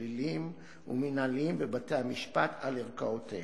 פליליים ומינהליים בבתי-המשפט על כל ערכאותיהם,